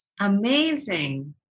Amazing